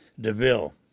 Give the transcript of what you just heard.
Deville